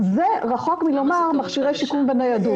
זה רחוק מלומר "מכשירי שיקום וניידות".